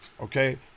okay